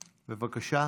בבקשה.